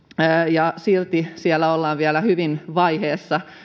ja silti siellä ollaan vielä hyvin vaiheessa